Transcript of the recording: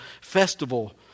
festival